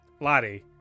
Lottie